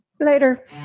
Later